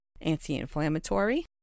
Anti-inflammatory